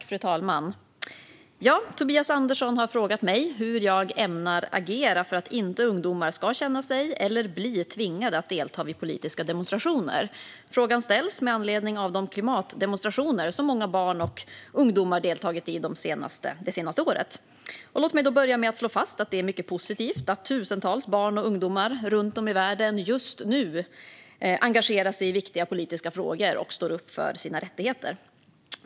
Fru talman! Tobias Andersson har frågat mig hur jag ämnar agera för att ungdomar inte ska känna sig, eller bli, tvingade att delta vid politiska demonstrationer. Frågan ställs med anledning av de klimatdemonstrationer som många barn och ungdomar deltagit i det senaste året. Låt mig börja med att slå fast att det är mycket positivt att tusentals barn och ungdomar runt om i världen just nu engagerar sig i viktiga politiska frågor och står upp för sina rättigheter.